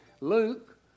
Luke